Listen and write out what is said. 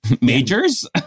majors